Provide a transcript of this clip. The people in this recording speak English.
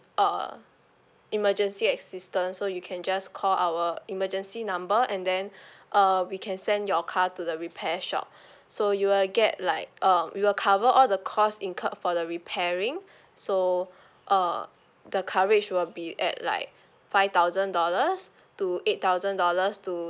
uh emergency assistant so you can just call our emergency number and then uh we can send your car to the repair shop so you will get like uh we will cover all the cost incurred for the repairing so uh the coverage will be at like five thousand dollars to eight thousand dollars to